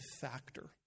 factor